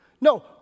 No